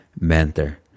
mentor